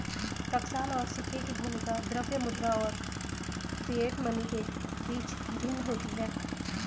टकसाल और सिक्के की भूमिका द्रव्य मुद्रा और फिएट मनी के बीच भिन्न होती है